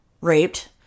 raped